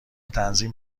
تنظیم